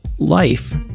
life